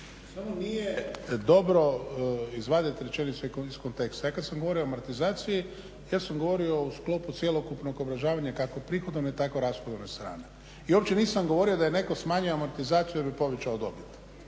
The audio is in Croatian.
Samo nije dobro izvadit rečenice iz konteksta. Ja kad sam govorio o amortizaciji ja sam govorio u sklopu cjelokupnog …/Govornik se ne razumije./… kako prihodovne, tako rashodovne strane. I uopće nisam govorio da je netko smanjio amortizaciju ili povećao dobit,